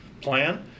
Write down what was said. plan